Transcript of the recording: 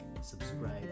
subscribe